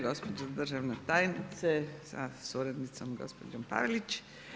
Gospođo državna tajnice sa suradnicom gospođom Parlić.